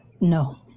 No